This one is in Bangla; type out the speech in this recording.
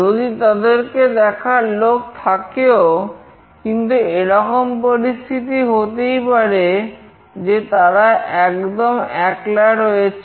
যদি তাদেরকে দেখার লোক থাকেও কিন্তু এরকম পরিস্থিতি হতেই পারে যে তারা একদম একলা রয়েছেন